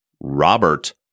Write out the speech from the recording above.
Robert